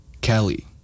Kelly